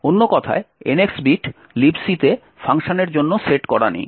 অন্য কথায় NX bit LibC তে ফাংশনের জন্য সেট করা নেই